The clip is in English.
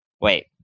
Wait